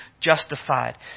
justified